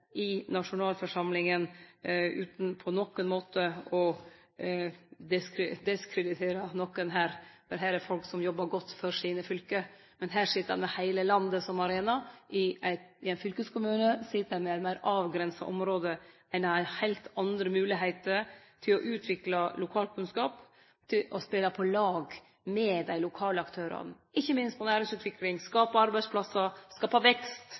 i nasjonalforsamlinga, utan på nokon måte å deskreditere nokon her, for her er det folk som jobbar godt for sine fylke. Men her sit ein med heile landet som arena. I ein fylkeskommune sit ein med eit meir avgrensa område. Ein har heilt andre moglegheiter til å utvikle lokalkunnskap, til å spele på lag med dei lokale aktørane, ikkje minst når det gjeld næringsutvikling, skape arbeidsplassar, skape vekst,